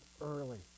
early